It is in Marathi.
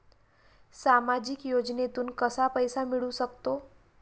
सामाजिक योजनेतून कसा पैसा मिळू सकतो?